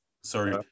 sorry